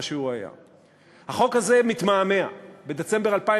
אם נוספים לשם אנשים מכל מיני סיבות ובכל מיני מעמדות שלא אליהם